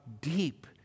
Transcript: deep